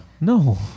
No